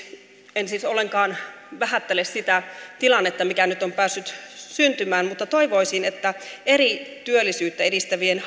en siis ollenkaan vähättele sitä tilannetta mikä nyt on päässyt syntymään mutta toivoisin että työllisyyttä edistävien